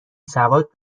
سواد